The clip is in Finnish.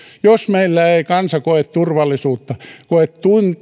jos meillä ei kansa koe turvallisuutta koe